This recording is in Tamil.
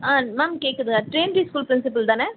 ஆ மேம் கேக்குதா டிரினிட்டி ஸ்கூல் பிரின்சிபல்தானே